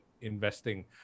investing